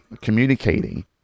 communicating